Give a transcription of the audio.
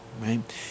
right